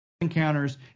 encounters